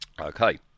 Okay